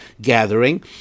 gathering